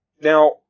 Now